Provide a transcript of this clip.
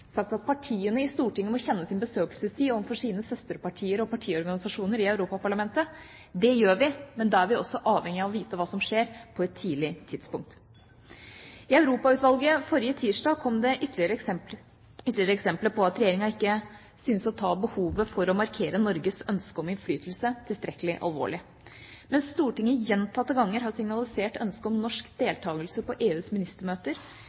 sagt at partiene i Stortinget må kjenne sin besøkelsestid overfor sine søsterpartier og partiorganisasjoner i Europaparlamentet. Det gjør vi, men da er vi også avhengig av å vite hva som skjer på et tidlig tidspunkt. I Europautvalget forrige tirsdag kom det ytterligere eksempler på at Regjeringa ikke synes å ta behovet for å markere Norges ønske om innflytelse tilstrekkelig alvorlig. Mens Stortinget gjentatte ganger har signalisert ønske om norsk deltakelse på EUs ministermøter,